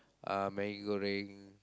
uh Maggi-Goreng